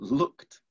looked